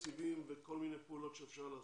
תקציבים וכל מיני פעולות שאפשר לעשות.